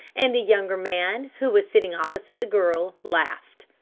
and the younger man, who was sitting opposite the girl, laughed.